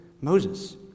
Moses